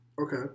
Okay